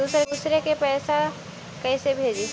दुसरे के पैसा कैसे भेजी?